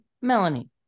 Melanie